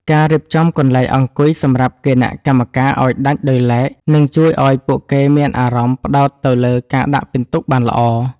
ការរៀបចំកន្លែងអង្គុយសម្រាប់គណៈកម្មការឱ្យដាច់ដោយឡែក នឹងជួយឱ្យពួកគេមានអារម្មណ៍ផ្ដោតទៅលើការដាក់ពិន្ទុបានល្អ។